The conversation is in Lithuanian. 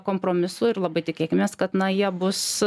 kompromisų ir labai tikėkimės kad na jie bus